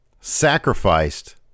sacrificed